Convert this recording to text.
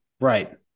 Right